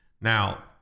Now